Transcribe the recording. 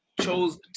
chose